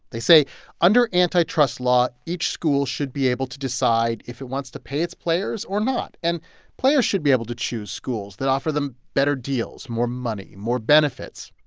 they say under antitrust law, each school should be able to decide if it wants to pay its players or not, and players should be able to choose schools that offer them better deals, more money, more benefits,